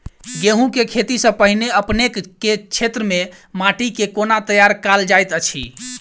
गेंहूँ केँ खेती सँ पहिने अपनेक केँ क्षेत्र मे माटि केँ कोना तैयार काल जाइत अछि?